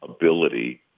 ability